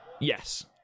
Yes